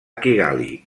kigali